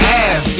ass